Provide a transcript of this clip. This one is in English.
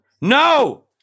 No